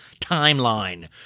timeline